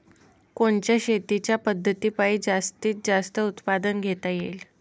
कोनच्या शेतीच्या पद्धतीपायी जास्तीत जास्त उत्पादन घेता येईल?